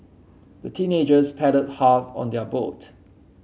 the teenagers paddled hard on their boat